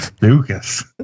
Lucas